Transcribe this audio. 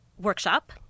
workshop